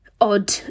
odd